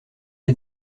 est